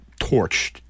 Torched